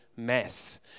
Mess